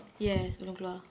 yes belum keluar